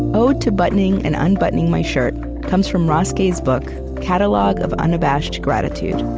ode to buttoning and unbuttoning my shirt comes from ross gay's book catalog of unabashed gratitude.